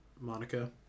Monica